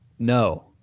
No